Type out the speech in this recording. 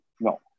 No